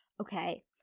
okay